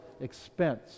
expense